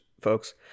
folks